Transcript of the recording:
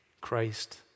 Christ